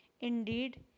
Indeed